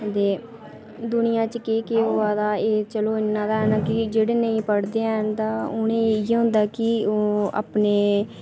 ते दूनिया च केह् केह् होआ दा ते एह् चलो इन्ना ते ऐ निं की जेह्ड़े नेईं पढ़दे हैन उ'नेंगी इ'यै होंदा कि ओह् अपने